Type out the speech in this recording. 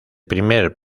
primer